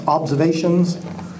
observations